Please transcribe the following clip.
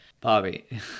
Bobby